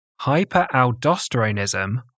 Hyperaldosteronism